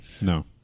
no